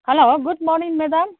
hello good morning madam